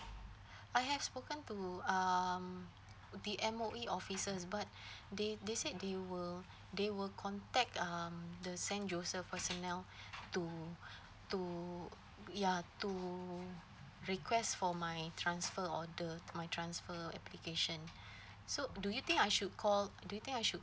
I have spoken to um the M_O_E officers but they they said they will they will contact um the saint joseph personnel to to ya to request for my transfer order my transfer application so do you think I should call do you think I should